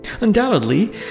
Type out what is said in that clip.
Undoubtedly